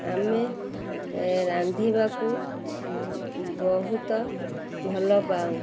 ଆମେ ରାନ୍ଧିବାକୁ ବହୁତ ଭଲ ପାଉ